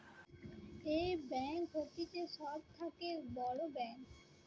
এই ব্যাঙ্ক হতিছে সব থাকে বড় ব্যাঙ্ক